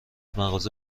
مغازه